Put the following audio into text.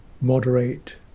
moderate